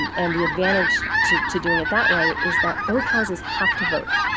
and and the advantage to to doing it that way is that both houses have to vote.